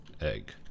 Egg